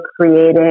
creating